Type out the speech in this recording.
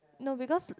no because